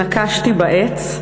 נקשתי בעץ.